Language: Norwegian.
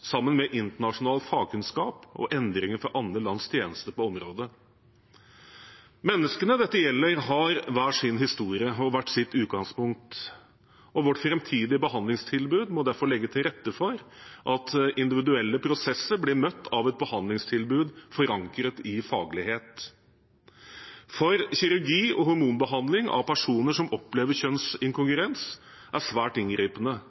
sammen med internasjonal fagkunnskap og erfaringer fra andre lands tjenester på området. Menneskene dette gjelder, har hver sin historie og hvert sitt utgangspunkt. Vårt framtidige behandlingstilbud må derfor legge til rette for at individuelle prosesser blir møtt av et behandlingstilbud forankret i faglighet, for kirurgi og hormonbehandling av personer som opplever kjønnsinkongruens, er svært inngripende